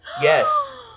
Yes